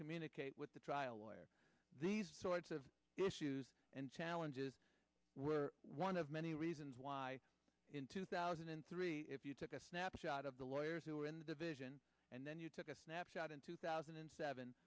communicate with the trial lawyer these sorts of issues and challenges were one of many reasons why in two thousand and three if you took a snapshot of the lawyers who were in the division and then you took a snapshot in two thousand and seven